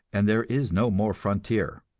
and there is no more frontier.